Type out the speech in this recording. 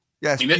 yes